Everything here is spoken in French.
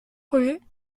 projet